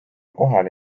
kohale